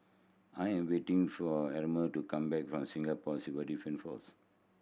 I am waiting for Herma to come back from Singapore Civil Defence Force